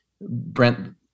Brent